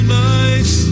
nice